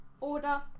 order